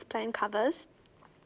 plan covers